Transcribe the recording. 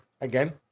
again